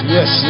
Yes